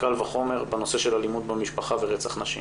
קל וחומר בנושא של אלימות במשפחה ורצח נשים.